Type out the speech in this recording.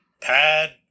Pad